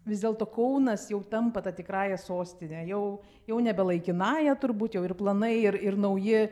vis dėlto kaunas jau tampa ta tikrąja sostine jau jau nebe laikinąja turbūt jau ir planai ir ir nauji